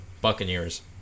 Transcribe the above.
Buccaneers